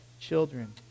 children